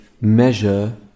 measure